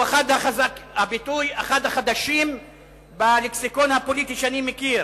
אחד החדשים בלקסיקון הפוליטי שאני מכיר,